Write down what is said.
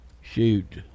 shoot